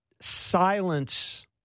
silence